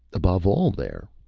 above all, there!